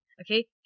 Okay